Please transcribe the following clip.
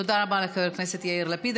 תודה רבה לחבר הכנסת יאיר לפיד.